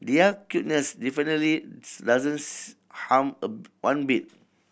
their cuteness definitely doesn't harm a one bit